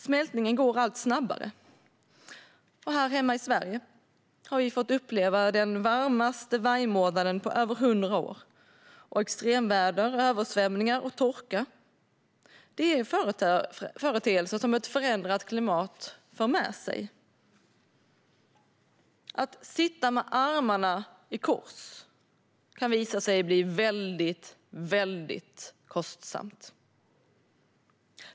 Smältningen går allt snabbare. Och här hemma i Sverige har vi fått uppleva den varmaste majmånaden på över hundra år. Extremväder, översvämningar och torka är företeelser som ett förändrat klimat för med sig. Att sitta med armarna i kors kan visa sig bli väldigt kostsamt.